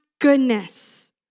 goodness